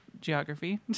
geography